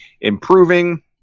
improving